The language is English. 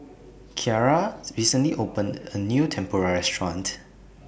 Kyara recently opened A New Tempura Restaurant